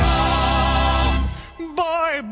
Boy